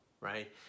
right